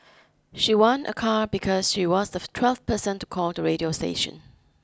she won a car because she was the twelfth person to call the radio station